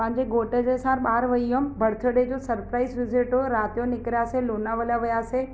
पंहिंजे घोट जे साथ ॿाहिरि वेई हुअमि बर्थ डे जो सरप्राइस विज़िट हुओ राति जो निकितासीं लोनावाला वियासीं